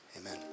amen